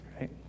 right